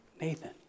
Nathan